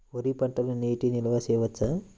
వరి పంటలో నీటి నిల్వ చేయవచ్చా?